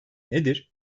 nedir